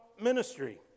ministry